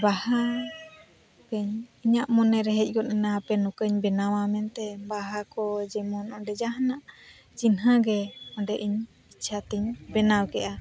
ᱵᱟᱦᱟᱧ ᱤᱧᱟᱹᱜ ᱢᱚᱱᱮᱨᱮ ᱦᱮᱡ ᱜᱚᱫ ᱮᱱᱟ ᱟᱯᱮ ᱱᱩᱠᱩᱧ ᱵᱮᱱᱟᱣᱟ ᱢᱮᱱᱛᱮ ᱵᱟᱦᱟ ᱠᱚ ᱡᱮᱢᱚᱱ ᱚᱸᱰᱮ ᱡᱟᱦᱟᱱᱟᱜ ᱪᱤᱱᱦᱟᱹᱜᱮ ᱚᱸᱰᱮ ᱤᱧ ᱤᱪᱪᱷᱟ ᱛᱤᱧ ᱵᱮᱱᱟᱣ ᱠᱮᱫᱟ